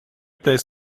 plays